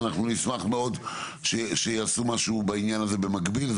ואנחנו נשמח מאוד שיעשו משהו בעניין הזה במקביל.